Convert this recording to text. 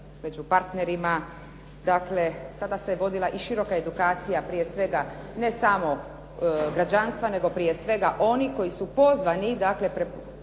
među partnerima. Dakle, tada se vodila i široka edukacija, prije svega ne samo građanstva, nego prije svega onih koji su pozvani dakle reagirati